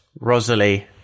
Rosalie